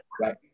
Right